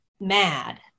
mad